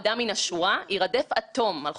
אפשרות לחייב חשיפת חומרים מסווגים,